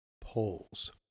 polls